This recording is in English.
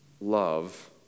love